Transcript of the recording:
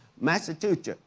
Massachusetts